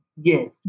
yes